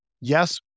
Yes